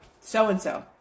so-and-so